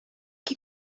qui